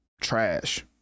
trash